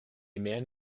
man